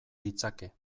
ditzake